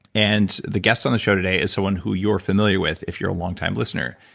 and the guest on the show today is someone who you're familiar with if you're a long time listener.